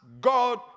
God